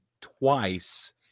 twice